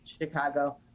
Chicago